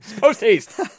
post-haste